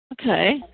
Okay